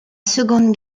seconde